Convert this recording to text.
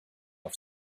off